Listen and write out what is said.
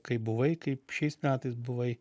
kaip buvai kaip šiais metais buvai